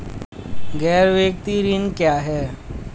गैर वित्तीय ऋण क्या है?